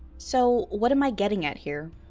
so, what am i getting at here?